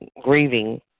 grieving